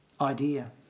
Idea